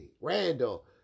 Randall